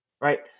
Right